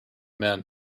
man